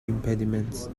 impediments